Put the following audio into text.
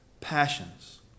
passions